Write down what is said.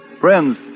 Friends